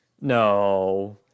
No